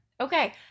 Okay